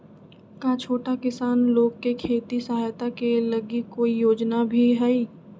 का छोटा किसान लोग के खेती सहायता के लगी कोई योजना भी हई?